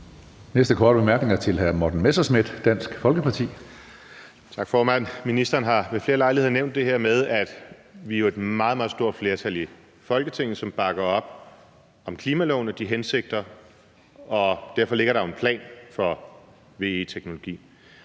Næste korte bemærkning er til hr. Morten Messerschmidt, Dansk Folkeparti. Kl. 12:34 Morten Messerschmidt (DF): Tak, formand. Ministeren har ved flere lejligheder nævnt det her med, at vi jo er et meget, meget stort flertal i Folketinget, som bakker op om klimaloven og de hensigter, og derfor ligger der jo en plan for VE-teknologi.